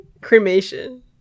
Cremation